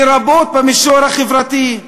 לרבות במישור החברתי.